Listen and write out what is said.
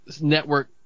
network